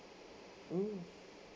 mm